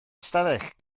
ystafell